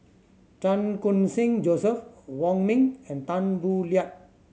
Chan Khun Sing Joseph Wong Ming and Tan Boo Liat